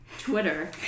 Twitter